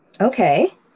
Okay